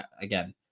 again